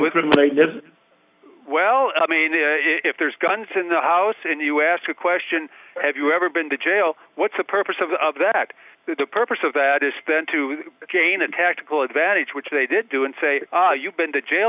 with well i mean if there's guns in the house and you ask a question have you ever been to jail what's the purpose of that the purpose of that is spent to gain a tactical advantage which they did do and say you've been to jail